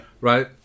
Right